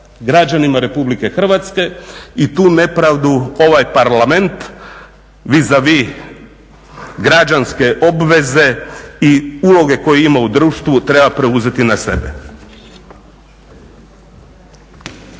građanima RH i tu nepravdu ovaj Parlament vis a vis građanske obveze i uloge koju ima u društvu treba preuzeti na sebe.